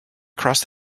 across